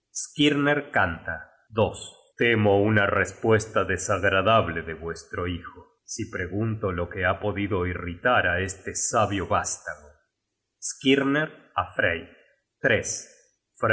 at skirner cania temo una respuesta desagradable de vuestro hijo si pregunto lo que ha podido irritar á este sabio vástago skirner á frey frey